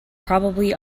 probably